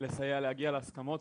לסייע להגיע להסכמות,